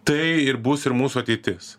tai ir bus ir mūsų ateitis